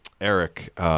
Eric